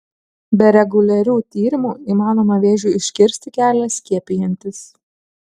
be reguliarių tyrimų įmanoma vėžiui užkirsti kelią skiepijantis